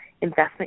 investment